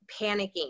panicking